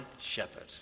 shepherd